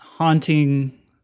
haunting